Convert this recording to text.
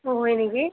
অঁ হয় নেকি